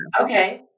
Okay